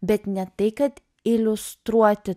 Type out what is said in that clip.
bet ne tai kad iliustruoti